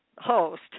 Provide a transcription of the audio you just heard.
host